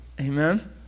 amen